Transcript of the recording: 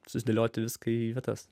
susidėlioti viską į vietas